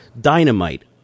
dynamite